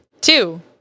Two